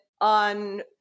on